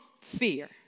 fear